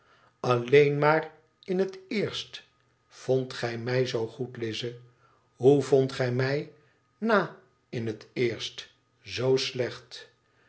alleen maar in het eerst vondt gij mij zoo goed lize hoe vondt gij mij na in het eerst zoo slecht